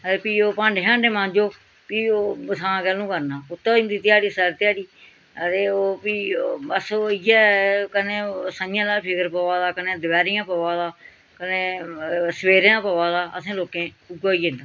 फ्ही ओह् भांडे शांडे मांझो फ्ही ओह् बसां कदूं करना उत्थें होई जंदी ध्याड़ी सारी ध्याड़ी आं ते ओह् फ्ही बस इ'यै कदें ओह् स'ञां आह्ला फिक्र पोआ दा कदें दपैह्री पोआ दा कदें सवेरे दा पोआ दा असें लोकें उ'यै होई जंदी